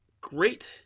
Great